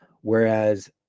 whereas